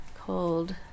called